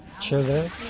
children